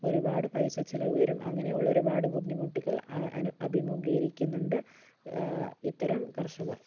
ഒരുപാട് പൈസ ചിലവ് വരും അങ്ങനെയുള്ള ഒരുപാട് ബുദ്ധിമുട്ടുകൾ അനു അഭിമുഖീകരിക്കുന്നുണ്ട് ഇത്തരം കർഷകർ